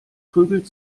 prügelt